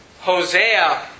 Hosea